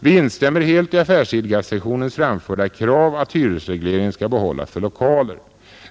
Vi instämmer helt i affärsidkarsektionens framförda krav att hyresregleringen skall behållas för lokaler.